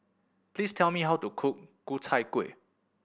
please tell me how to cook Ku Chai Kueh